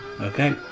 Okay